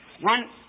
one